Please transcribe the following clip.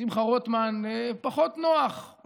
שמחה רוטמן פחות נוח להם,